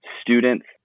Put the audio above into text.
students